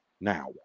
Now